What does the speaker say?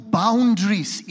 boundaries